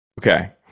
okay